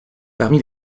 parmi